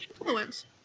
influence